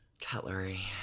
cutlery